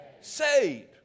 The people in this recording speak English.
saved